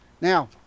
Now